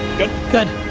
good? good.